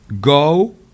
go